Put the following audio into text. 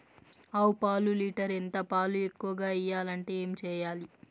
ఆవు పాలు లీటర్ ఎంత? పాలు ఎక్కువగా ఇయ్యాలంటే ఏం చేయాలి?